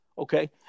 Okay